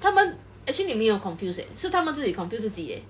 他们 actually 你没有 confuse leh 是他们自己 confuse 自己 leh